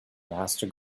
master